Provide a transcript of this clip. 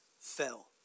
fell